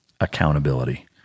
Accountability